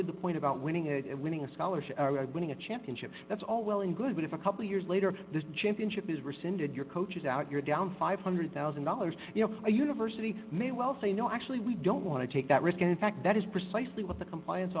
to the point about winning and winning a scholarship winning a championship that's all well and good but if a couple years later the championship is rescinded your coach is out you're down five hundred thousand dollars a university may well say no actually we don't want to take that risk and in fact that is precisely what the compliance